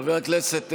חבר הכנסת פינדרוס,